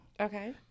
okay